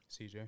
CJ